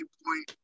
point